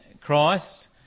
Christ